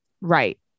Right